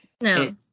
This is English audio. No